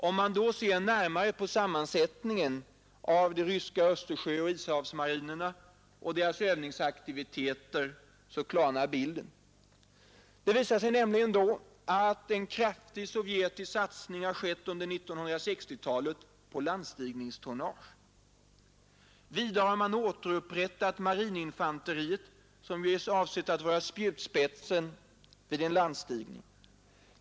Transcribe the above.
Om man ser närmare på sammansättningen av de ryska Östersjöoch Ishavsmarinerna och deras övningsaktiviteter klarnar bilden. Det visar sig då att en kraftig sovjetisk satsning har skett under 1960-talet på landstigningstonnage. Vidare har man återupprättat marininfanteriet som är avsett att vara spjutspetsen vid en landstigning.